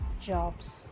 jobs